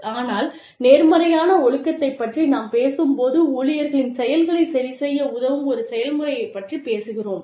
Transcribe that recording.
ஆனால் நேர்மறையான ஒழுக்கத்தைப் பற்றி நாம் பேசும்போது ஊழியர்களின் செயல்களைச் சரிசெய்ய உதவும் ஒரு செயல்முறையைப் பற்றிப் பேசுகிறோம்